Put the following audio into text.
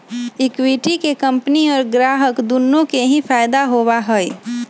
equity के company और ग्राहक दुन्नो के ही फायद दा होबा हई